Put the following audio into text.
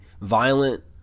violent